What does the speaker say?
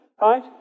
Right